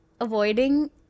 avoiding